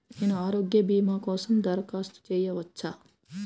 నేను ఆరోగ్య భీమా కోసం దరఖాస్తు చేయవచ్చా?